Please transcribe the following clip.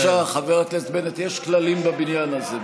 בבקשה, חבר הכנסת בנט, יש כללים בבניין הזה.